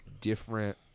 different